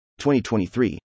2023